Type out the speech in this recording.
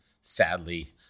sadly